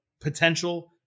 potential